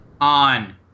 On